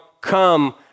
come